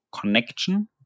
connection